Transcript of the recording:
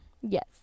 Yes